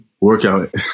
workout